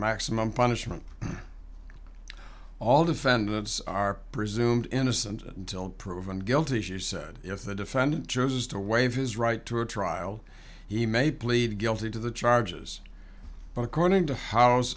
maximum punishment all defendants are presumed innocent until proven guilty as you said if the defendant judges to waive his right to a trial he may plead guilty to the charges but according to house